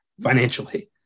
financially